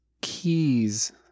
keys